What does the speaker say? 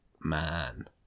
man